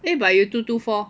eh but you two two four